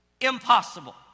Impossible